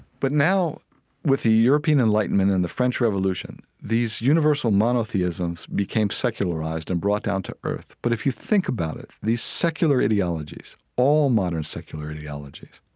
but now with the european enlightenment and the french revolution, these universal monotheisms became secularized and brought down to earth. but if you think about it, these secular ideologies, all modern secular ideologies,